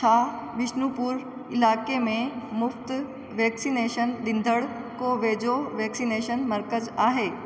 छा बिष्णुपुर इलाइक़े में मुफ़्ति वैक्सीन ॾींदड़ को वेझो वैक्सीनेशन मर्कज़ु आहे